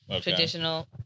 Traditional